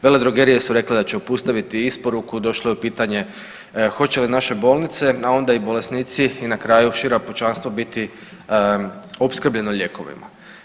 Veledrogerije su rekle da će obustaviti isporuku, došlo je u pitanje hoće li naše bolnice, a onda i bolesnici i na kraju šire pučanstvo biti opskrbljeno lijekovima.